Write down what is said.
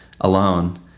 alone